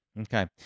Okay